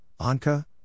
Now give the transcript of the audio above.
Anka